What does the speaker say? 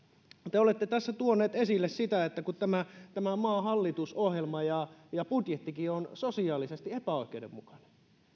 te olette tässä tuoneet esille sitä että tämän maan hallitusohjelma ja ja budjettikin ovat sosiaalisesti epäoikeudenmukaiset